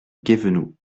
guévenoux